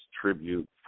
tribute